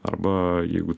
arba jeigu